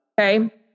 Okay